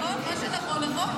מה שנכון נכון.